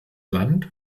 land